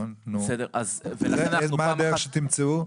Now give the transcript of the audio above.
נכון, ומה הדרך שתמצאו?